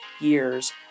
years